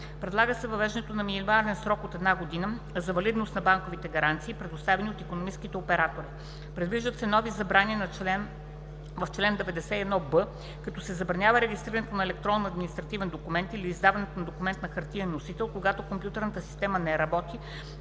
Предлага се въвеждането на минимален срок от 1 година за валидност на банковите гаранции, предоставяни от икономическите оператори. Предвиждат се нови забрани в чл. 91б, като се забранява регистрирането на електронен административен документ или издаването на документ на хартиен носител, когато компютърната система не работи,